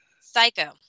Psycho